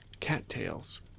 Cattails